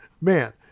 man